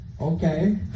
okay